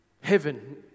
heaven